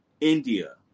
India